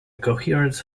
coherence